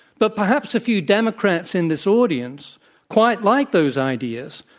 but perhaps a few democrats in this audience quite like those ideas.